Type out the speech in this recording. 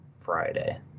Friday